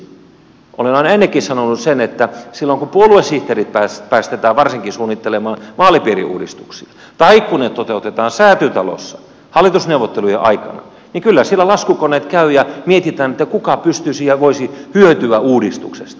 olen aina ennenkin sanonut sen että silloin kun puoluesihteerit päästetään varsinkin suunnittelemaan vaalipiiriuudistuksia tai kun ne toteutetaan säätytalossa hallitusneuvottelujen aikana niin kyllä siellä laskukoneet käyvät ja mietitään kuka pystyisi ja voisi hyötyä uudistuksesta